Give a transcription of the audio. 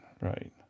right